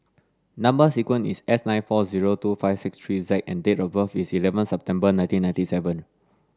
number sequence is S nine four zero two five six three Z and date of birth is eleven September nineteen ninety seven